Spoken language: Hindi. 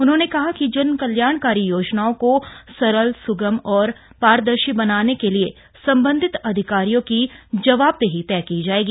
उन्होंने कहा कि जनकल्याणकारी योजनाओं को सरल सुगम और पारदर्शी बनाने के लिए सम्बन्धित अधिकारियों की जबावदेही तय की जायेगी